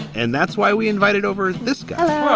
and that's why we invited over this guy